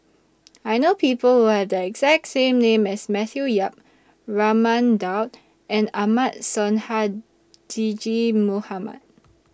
I know People Who Have The exact name as Matthew Yap Raman Daud and Ahmad Sonhadji Mohamad